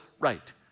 right